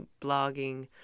blogging